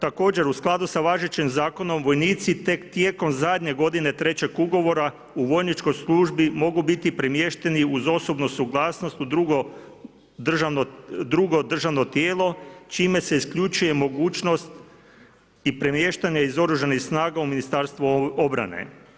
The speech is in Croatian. Također, u skladu sa važećim Zakonom, vojnici tek tijekom zadnje godine trećeg ugovora u vojničkoj službi mogu biti premješteni uz osobnu suglasnost u drugo državno tijelo, čime se isključuje mogućnost i premještanje iz OS u Ministarstvo obrane.